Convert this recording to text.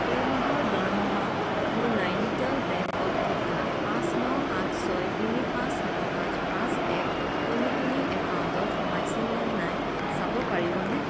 এই মাহৰ দৰমহা মোৰ নাইনিটাল বেংকত থকা পাঁচ ন আঠ ছয় তিনি পাঁচ ন আঠ পাঁচ এক তিনি তিনি একাউণ্টত সোমাইছিল নে নাই চাব পাৰিবনে